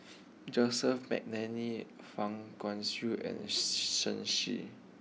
Joseph Mcnally Fang Guixiang and Shen Xi